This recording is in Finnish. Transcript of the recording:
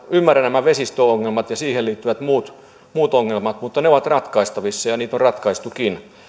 ymmärrän nämä vesistöongelmat ja siihen liittyvät muut muut ongelmat mutta ne ovat ratkaistavissa ja ja niitä on ratkaistukin